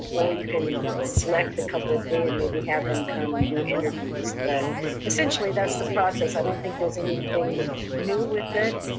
and or you can select a couple or three, and maybe have them come and do interviews. but essentially, that's the process. i don't think there's anything new with it.